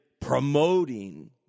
promoting